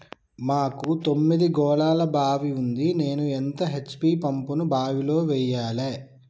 మాకు తొమ్మిది గోళాల బావి ఉంది నేను ఎంత హెచ్.పి పంపును బావిలో వెయ్యాలే?